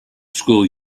school